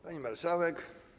Pani Marszałek!